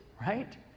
right